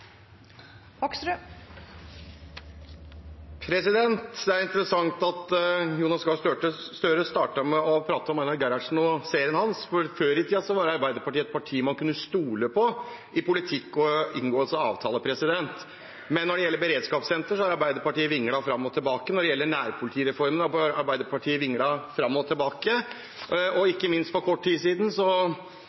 til. Det er interessant at Jonas Gahr Støre startet med å prate om Einar Gerhardsen og tv-serien om ham. Før i tiden var Arbeiderpartiet et parti man kunne stole på i politikken og i inngåelsen av avtaler, men når det gjelder beredskapssenter har Arbeiderpartiet vinglet fram og tilbake, og når det gjelder nærpolitireformen har Arbeiderpartiet vinglet fram og tilbake. Og ikke minst, for kort tid